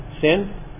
sin